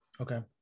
Okay